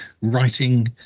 writing